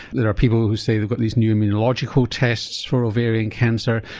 there are people who say they've got these new immunological tests for ovarian cancer,